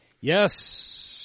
Yes